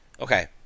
okay